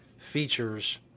Features